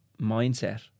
mindset